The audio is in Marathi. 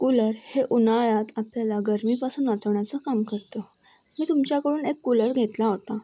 कुलर हे उन्हाळ्यात आपल्याला गरमीपासून वाचवण्याचं काम करतं मी तुमच्याकडून एक कुलर घेतला होता